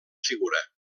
figura